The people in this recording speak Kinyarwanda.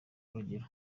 urugero